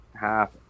half